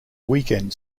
weekend